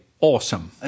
Awesome